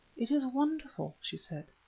it is wonderful, she said,